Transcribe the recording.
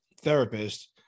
therapist